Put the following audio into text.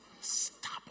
Stop